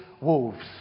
wolves